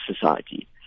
society